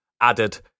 added